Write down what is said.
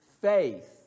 faith